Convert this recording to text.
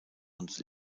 und